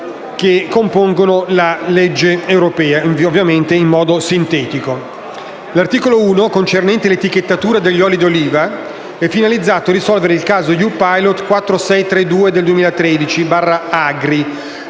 che compongono la legge europea, ovviamente in modo sintetico. L'articolo 1, concernente l'etichettatura degli oli di oliva, è finalizzato a risolvere il caso EU Pilot 4632/13/AGRI